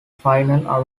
final